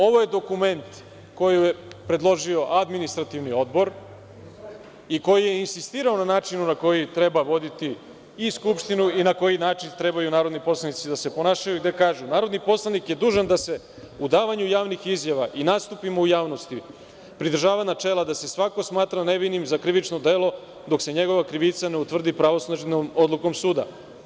Ovo je dokument koji je predložio Administrativni odbor, koji je insistirao na načinu na koji treba voditi i Skupštinu i na koji način trebaju narodni poslanici da se ponašaju, gde se kaže - Narodni poslanik je dužan da se u davanju javnih izjava i nastupima u javnosti pridržava načela da se svako smatra nevinim za krivično delo dok se njegova krivica ne utvrdi pravosnažnom odlukom suda.